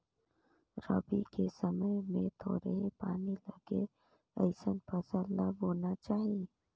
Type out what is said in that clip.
रबी के समय मे थोरहें पानी लगे अइसन फसल ल बोना चाही